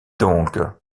donc